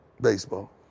Baseball